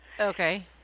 Okay